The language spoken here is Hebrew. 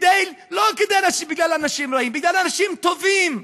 לא בגלל אנשים רעים, בגלל אנשים טובים,